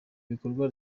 bikorwa